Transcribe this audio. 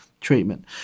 treatment